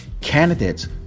candidates